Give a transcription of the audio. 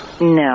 No